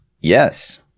Yes